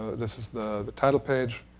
this is the title page,